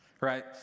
right